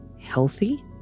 healthy